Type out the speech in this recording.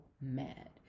mad